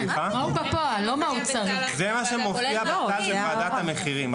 זה מה שמופיע בוועדת המחירים,